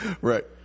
right